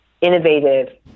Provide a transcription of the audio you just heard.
innovative